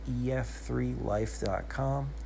ef3life.com